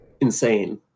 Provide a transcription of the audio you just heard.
insane